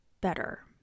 better